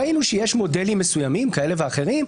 ראינו שיש מודלים מסוימים כאלה ואחרים,